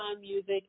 Music